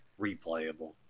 replayable